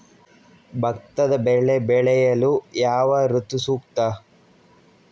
ಭತ್ತದ ಬೆಳೆ ಬೆಳೆಯಲು ಯಾವ ಋತು ಸೂಕ್ತ?